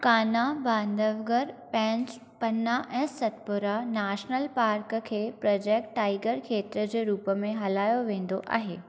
कान्हा बांधवगढ़ पेंच पन्ना ऐं Satpura national park खें project tiger खेत्र जे रूप में हलायो वेंदो आहे